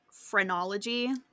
phrenology